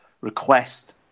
request